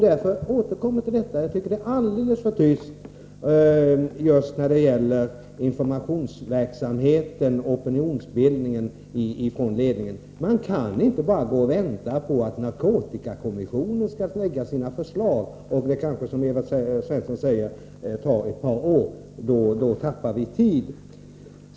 Därför återkommer jag till detta att jag tycker att det är alldeles för tyst från ledningen när det gäller informationsverksamheten och opinionsbildningen. Man kan inte bara gå och vänta på att narkotikakommissionen skall lägga fram sina förslag. Det kan, som Evert Svensson säger, ta ett par år. Då tappar vi tid.